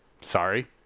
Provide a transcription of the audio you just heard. Sorry